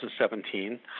2017